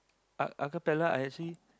uh acapella I actually